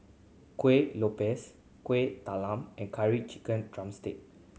Kueh Lopes Kueh Talam and Curry Chicken drumstick